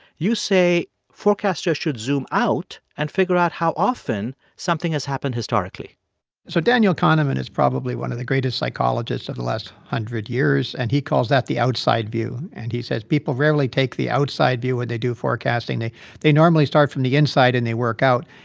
you say forecasters should zoom out and figure out how often something has happened historically so daniel kahneman is probably one of the greatest psychologists of the last hundred years, and he calls that the outside view. and he says people rarely take the outside view when they do forecasting. they they normally start from the inside, and they work out.